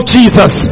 Jesus